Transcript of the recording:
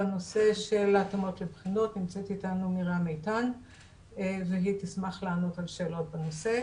בנושא של התאמות לבחינות נמצאת איתנו מירה שתשמח לענות על שאלות בנושא.